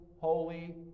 holy